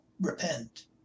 repent